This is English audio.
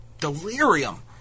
delirium